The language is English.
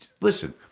Listen